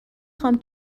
خوام